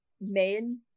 men